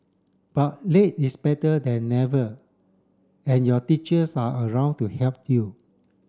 but late is better than never and your teachers are around to help you